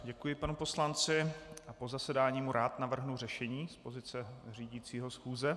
Děkuji panu poslanci a po zasedání mu rád navrhnu řešení z pozice řídícího schůze.